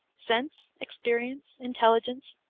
sense, experience, intelligence,